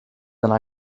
yna